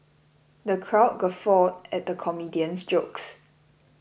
the crowd guffawed at the comedian's jokes